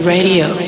Radio